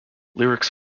lyrics